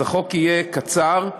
אז החוק יהיה קצר,